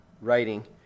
Writing